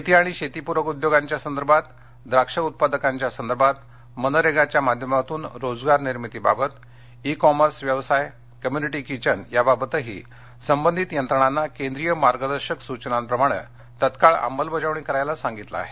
शेती आणि शेतीप्रक उद्योगांच्या संदर्भात द्राक्ष उत्पादकांच्या संदर्भात मनरेगाच्यामाध्यमातून रोजगार निर्मितीबाबत ई कॉमर्स व्यवसायांबाबत कम्यूनिटी किचनबाबतही संबंधित यंत्रणांना केंद्रीय मार्गदर्शक सुचनांप्रमाणे तात्काळ अंमलबजावणी करण्यास सांगितले आहे